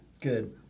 Good